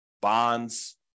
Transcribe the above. bonds